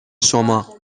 شما